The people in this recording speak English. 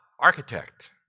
architect